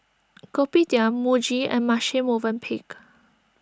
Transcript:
Kopitiam Muji and Marche Movenpick